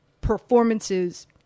performances